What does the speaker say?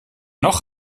noch